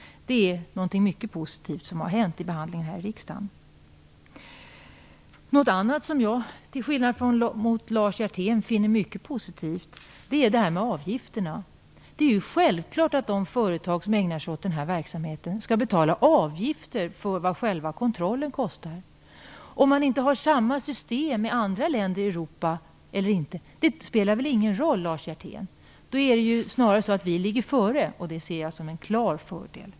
Detta är en mycket positiv sak som hänt vid behandlingen här i riksdagen. Till skillnad från Lars Hjertén finner jag att avgifterna är något som är mycket positivt. Det är självklart att företag som ägnar sig åt sådan här verksamhet skall betala avgifter för vad själva kontrollen kostar. Om samma system tillämpas i Europa eller inte spelar väl ingen roll, Lars Hjertén! Snarare ligger vi där före. Det ser jag som en klar fördel.